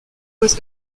was